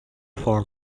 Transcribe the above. for